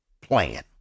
plan